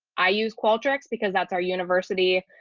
i use quadrants because that's our university